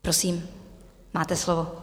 Prosím, máte slovo.